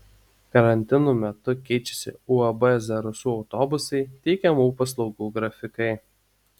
karantino metu keičiasi uab zarasų autobusai teikiamų paslaugų grafikai